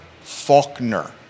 Faulkner